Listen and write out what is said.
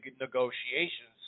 negotiations